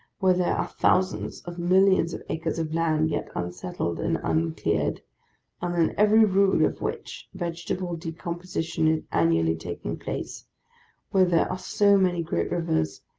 where there are thousands of millions of acres of land yet unsettled and uncleared, and on every rood of which, vegetable decomposition is annually taking place where there are so many great rivers,